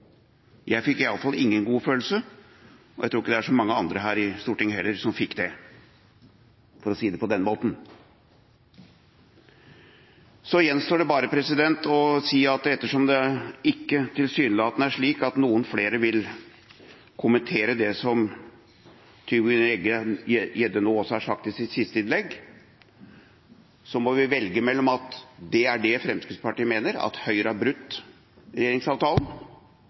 Jeg fikk i alle fall ingen god følelse, og jeg tror ikke det er så mange andre her i Stortinget heller som fikk det, for å si det på den måten. Så gjenstår det bare å si at ettersom det tilsynelatende ikke er slik at noen flere vil kommentere det Tybring-Gjedde også har sagt i sitt siste innlegg, må vi velge mellom at det Fremskrittspartiet mener, er at Høyre har brutt regjeringsavtalen,